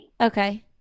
okay